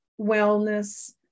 wellness